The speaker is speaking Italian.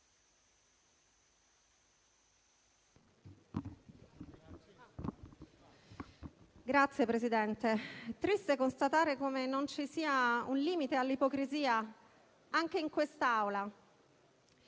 Signor Presidente, è triste constatare come non ci sia un limite all'ipocrisia neanche in quest'Aula.